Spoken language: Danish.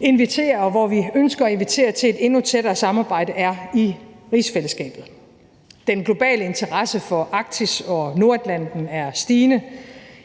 invitere, og hvor vi ønsker at invitere til et endnu tættere samarbejde, er i rigsfællesskabet. Den globale interesse for Arktis og Nordatlanten er stigende.